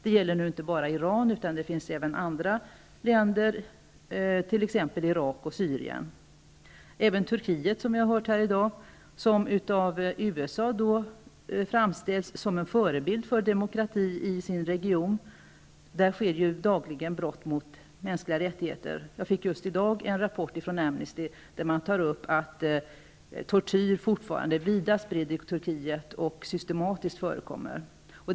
Det gäller nu inte bara Iran, utan det finns även många andra länder, t.ex. Irak och Syrien. Även i Turkiet, som av USA framställs som en förebild för demokratin i sin region, sker det dagligen brott mot mänskliga rättigheter. Jag fick just i dag en rapport från Amnesty, där man konstaterar att tortyr fortfarande är vida spridd och systematiskt förekommande i Turkiet.